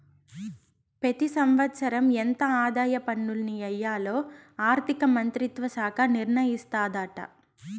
పెతి సంవత్సరం ఎంత ఆదాయ పన్నుల్ని ఎయ్యాల్లో ఆర్థిక మంత్రిత్వ శాఖ నిర్ణయిస్తాదాట